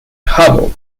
hubble